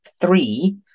three